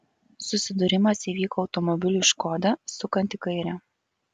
susidūrimas įvyko automobiliui škoda sukant į kairę